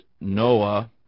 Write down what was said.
Noah